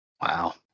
Wow